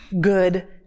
good